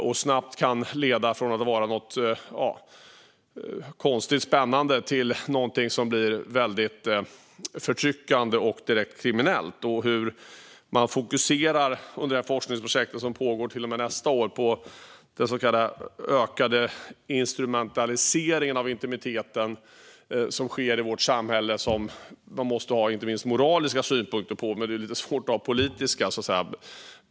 Från att ha varit något konstigt spännande kan det leda till någonting som är väldigt förtryckande och direkt kriminellt. Forskningsprojektet, som pågår till och med nästa år, fokuserar på den så kallade ökade instrumentaliseringen av intimiteten som sker i vårt samhälle, vilket man inte minst måste ha moraliska synpunkter på. Men det är lite svårt att ha politiska synpunkter på detta.